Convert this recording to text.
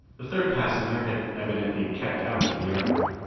the third passenger had evidently kept out of the argument.